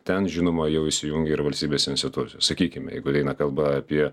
ten žinoma jau įsijungia ir valstybės institucijos sakykime jeigu eina kalba apie